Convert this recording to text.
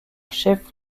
chef